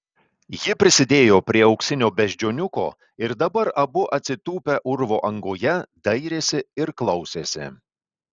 ji prisidėjo prie auksinio beždžioniuko ir dabar abu atsitūpę urvo angoje dairėsi ir klausėsi